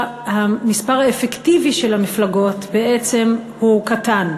המספר האפקטיבי של המפלגות הוא בעצם קטן.